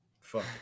Fuck